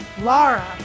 Laura